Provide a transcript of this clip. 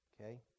Okay